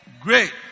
Great